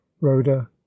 rhoda